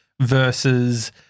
versus